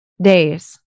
days